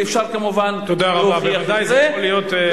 ואפשר כמובן להוכיח את זה.